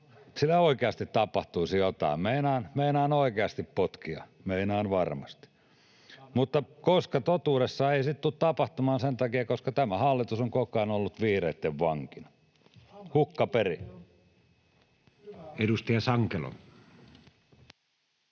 sille oikeasti tapahtuisi jotain. Meinaan oikeasti potkia, meinaan varmasti. Mutta totuudessaan sitä ei tule tapahtumaan sen takia, koska tämä hallitus on koko ajan ollut vihreitten vankina. Hukka perii. [Tuomas Kettunen: